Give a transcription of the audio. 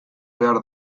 behar